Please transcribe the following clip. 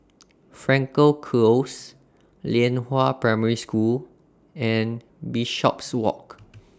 Frankel Close Lianhua Primary School and Bishopswalk